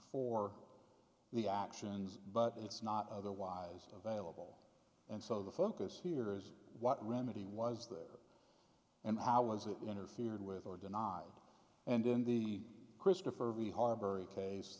for the actions but it's not otherwise available and so the focus here is what remedy was there and how was it interfered with or denied and in the christopher reeve harbor case